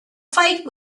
fight